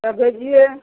तऽ भेजिए